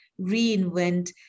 reinvent